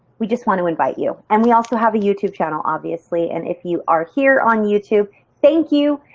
we just want to invite you and we also have a youtube channel obviously and if you are here on youtube, thank you.